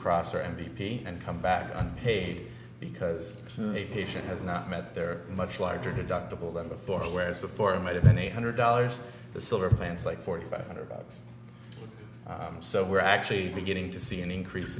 cross or n d p and come back on paid because the patient has not met their much larger deductible than before whereas before it might have been eight hundred dollars the silverman's like forty five hundred bucks so we're actually beginning to see an increase